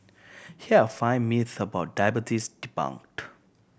here are five myths about diabetes debunked